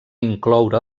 incloure